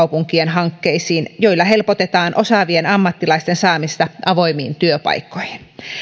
myös seutukaupunkien hankkeisiin joilla helpotetaan osaavien ammattilaisten saamista avoimiin työpaikkoihin